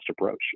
approach